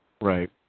Right